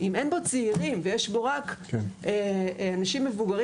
אם אין בו צעירים ויש בו רק אנשים מבוגרים